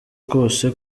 kose